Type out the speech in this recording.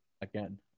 again